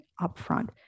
upfront